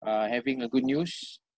uh having a good news